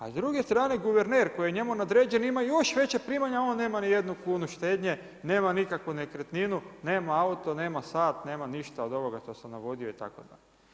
A s druge strane guverner koji je njemu nadređeni ima još veća primanja, a on nema ni jednu kunu štednje, nema nikakvu nekretninu, nema auto, nema sat, nema ništa od ovoga što sam navodio itd.